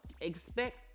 expect